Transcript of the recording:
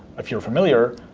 if you're familiar.